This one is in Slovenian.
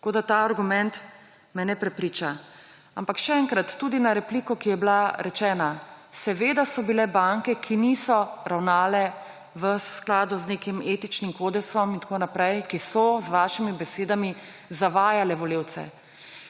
Tako me ta argument ne prepriča. Ampak še enkrat, tudi na repliko, ki je bila rečena, seveda so bile banke, ki niso ravnale v skladu z nekim etičnim kodeksom in tako naprej, ki so, z vašimi besedami, zavajale